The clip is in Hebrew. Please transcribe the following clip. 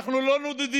אנחנו לא נודדים,